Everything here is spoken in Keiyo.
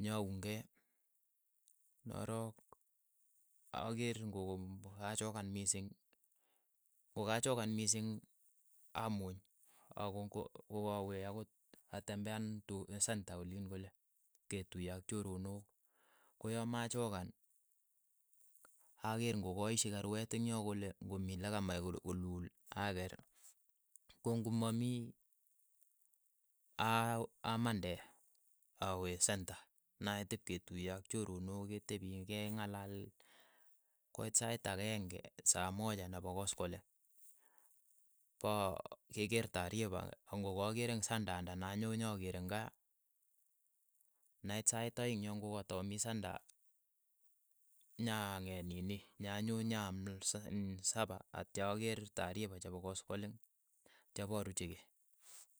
nya uun kei, norok akeer ng'o kachookan mising, ko kachookan miising amuny, ako ng'o ko kawe akot atembean du senta oliin kole, ketuiye ak choronok ko ya machookan, akeer ng'o kaishi kerweet ing' yoo kole ng'o mii lakamach kole koluul akeer ko ng'o mamii a- aamande awe senta, nait ipketuiye ak choronook ketepii keng'alaal koit sait akeng'e saa moja nepo koskoleng, po kekeer taaripa ang'o kakeere eng' senta anda anyo nyakeer eng' kaa nait sait aeng' yo ng'o ka tamii senta nya ang'eet nini. nya nyoo nya aam nn sapa atya akeer taaripa chepo koskoleng, atya iparuchikei.